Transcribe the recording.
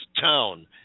Town